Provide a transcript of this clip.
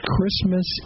Christmas